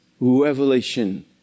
revelation